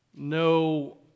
no